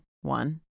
one